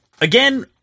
again